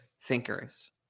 thinkers